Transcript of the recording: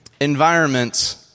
environments